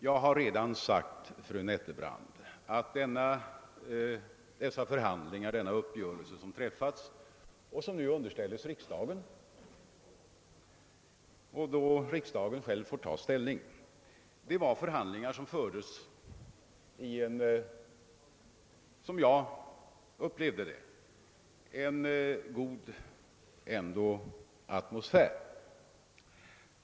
Jag har redan sagt att den uppgörelse som träffades nu underställts riksdagen, som alltså själv får ta ställning. Som jag upplevde det fördes också förhandlingarna i en god atmosfär.